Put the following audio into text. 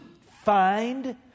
find